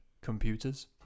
computers